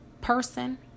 person